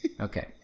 Okay